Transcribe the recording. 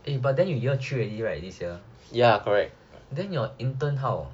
eh but then you year three already right this year then your intern how